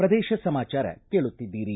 ಪ್ರದೇಶ ಸಮಾಚಾರ ಕೇಳುತ್ತಿದ್ದೀರಿ